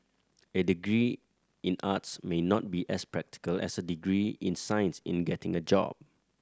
a degree in arts may not be as practical as a degree in science in getting a job